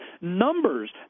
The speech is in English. numbers